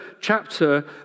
chapter